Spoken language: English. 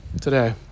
today